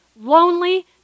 lonely